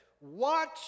Watch